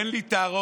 אין לי תרעומת,